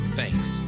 thanks